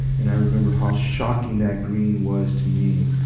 and i remember how shocking that green was to me.